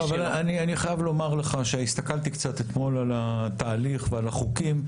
אבל אני חייב לומר לך שהסתכלתי קצת אתמול על התהליך ועל החוקים.